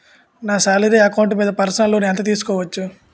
నా salary account మీద personal loan ఎంత తీసుకోవచ్చు?